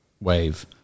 wave